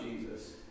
Jesus